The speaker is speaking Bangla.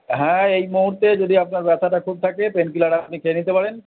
হ্যাঁ এই মুহুর্তে যদি আপনার ব্যথাটা খুব থাকে পেইনকিলার আপনি খেয়ে নিতে পারেন